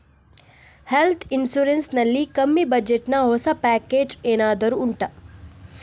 health insurance ನಲ್ಲಿ ಕಮ್ಮಿ budget ನ ಹೊಸ ಪ್ಯಾಕೇಜ್ ಏನಾದರೂ ಉಂಟಾ